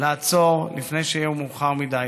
לעצור לפני שיהיה מאוחר מדי,